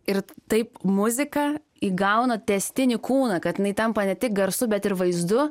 ir taip muzika įgauna tęstinį kūną kad jinai tampa ne tik garsu bet ir vaizdu